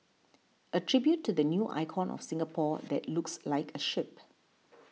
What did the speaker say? a tribute to the new icon of Singapore that looks like a ship